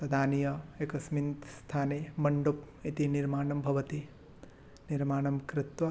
तदानीम् एकस्मिन् स्थाने मण्डपः इति निर्माणं भवति निर्माणं कृत्वा